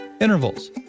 intervals